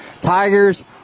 Tigers